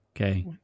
okay